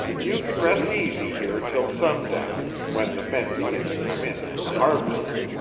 you can rest easy here till sundown, when the men begin to come in from the harvestin',